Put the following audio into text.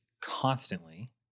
constantly